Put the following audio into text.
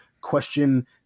question